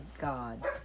God